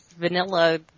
vanilla